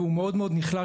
והוא מאוד מאוד נחלש,